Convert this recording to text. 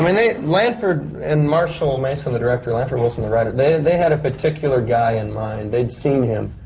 i mean they. lanford and marshall mason, the director. lanford wilson the writer. they. and they had a particular guy in mind. they'd seen him,